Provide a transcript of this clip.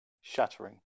Shattering